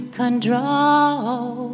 control